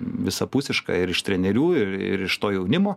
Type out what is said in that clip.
visapusiška ir iš trenerių ir ir iš to jaunimo